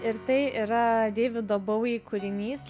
ir tai yra deivido bowie kūrinys